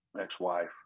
ex-wife